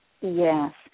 Yes